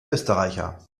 österreicher